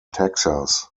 texas